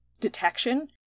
detection